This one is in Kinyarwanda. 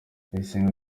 ndayisenga